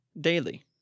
daily